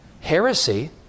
heresy